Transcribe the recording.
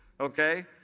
okay